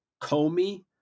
Comey